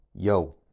Yo